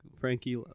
Frankie